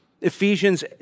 Ephesians